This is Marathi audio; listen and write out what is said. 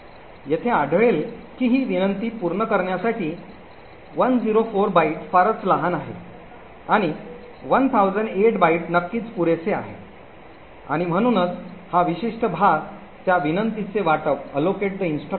येथे आढळेल की ही विनंती पूर्ण करण्यासाठी 104 बाइट फारच लहान आहे आणि 1008 बाइट नक्कीच पुरेसे आहे आणि म्हणूनच हा विशिष्ट भाग त्या विनंतीचे वाटप करेल